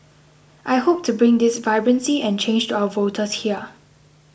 I hope to bring this vibrancy and change to our voters here